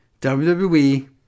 WWE